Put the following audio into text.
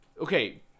Okay